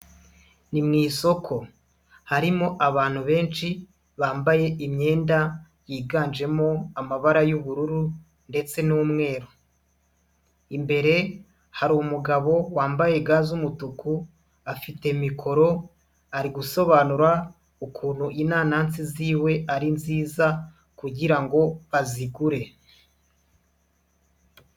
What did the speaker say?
Ni mu isoko, harimo abantu benshi bambaye imyenda yiganjemo amabara y'ubururu ndetse n'umweru, imbere hari umugabo wambaye ga z'umutuku, afite mikoro ari gusobanura ukuntu inanasi z'iwe ari nziza kugira ngo bazigure.